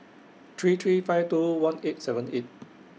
three three five two one eight seven eight